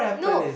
no